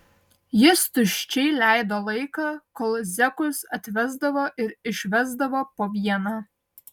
jis tuščiai leido laiką kol zekus atvesdavo ir išvesdavo po vieną